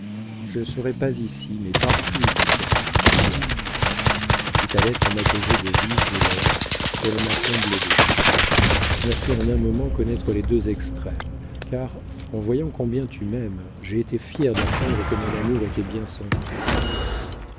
je ne serai pas ici mais partout où tu seras toi si ta lettre m'a causé de vives douleurs elle m'a comblée de joie tu m'as fait en un moment connaître les deux extrêmes car en voyant combien tu m'aimes j'ai été fière d'apprendre que mon amour était bien senti